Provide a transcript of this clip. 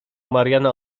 mariana